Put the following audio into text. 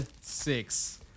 six